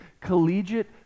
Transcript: collegiate